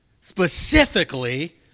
specifically